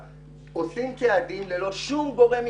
עושים צעדים ללא שום גורם מקצועי?